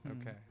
Okay